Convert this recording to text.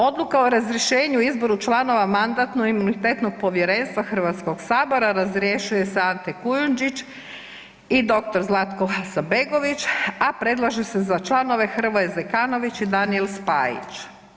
Odluka o razrješenju i izboru članova Mandatno-imunitetnog povjerenstva HS-a, razrješuje se Ante Kujundžić i dr. Zlatko Hasanbegović, a predlaže se za članove Hrvoje Zekanović i Daniel Spajić.